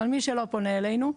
אבל מי שלא פונה אלינו,